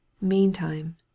meantime